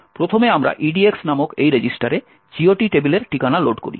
প্রথমে আমরা EDX নামক এই রেজিস্টারে GOT টেবিলের ঠিকানা লোড করি